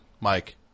Mike